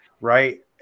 right